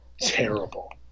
terrible